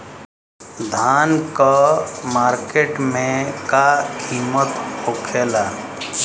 धान क मार्केट में का कीमत होखेला?